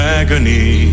agony